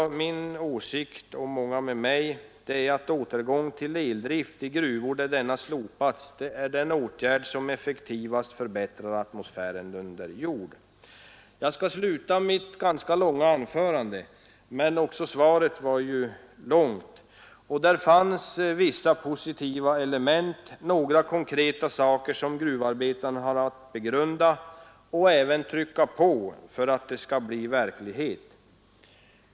Min åsikt i det fallet — som delas av många — är att en återgång till eldrift i gruvor där denna slopats är den åtgärd som effektivast förbättrar atmosfären under jord. Jag skall nu sluta mitt anförande, som har blivit ganska långt. Också svaret var ju långt, och det fanns i det vissa positiva element, några konkreta saker, som gruvarbetarna har att begrunda och som de också måste trycka på för att de skall bli verklighet.